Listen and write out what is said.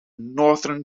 northern